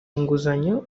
inguzanyo